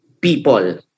people